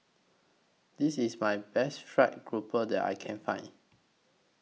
This IS My Best Fried Grouper that I Can Find